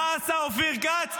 --- מה עשה אופיר כץ?